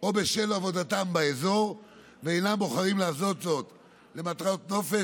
או בשל עבודתם באזור ואינם בוחרים לעשות זאת למטרת נופש,